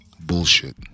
bullshit